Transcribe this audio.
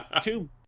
two